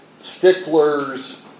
sticklers